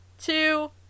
two